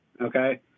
okay